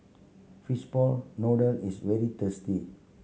fishball noodle is very tasty